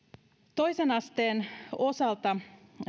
toisen asteen osalta